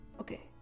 Okay